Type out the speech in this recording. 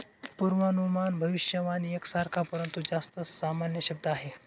पूर्वानुमान भविष्यवाणी एक सारखा, परंतु जास्त सामान्य शब्द आहे